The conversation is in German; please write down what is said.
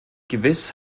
gewiss